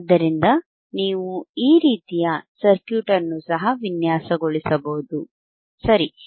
ಆದ್ದರಿಂದ ನೀವು ಈ ರೀತಿಯ ಸರ್ಕ್ಯೂಟ್ ಅನ್ನು ಸಹ ವಿನ್ಯಾಸಗೊಳಿಸಬಹುದು ಸರಿ